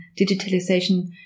digitalization